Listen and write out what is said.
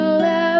love